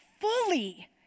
fully